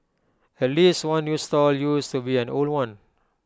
at least one new stall used to be an old one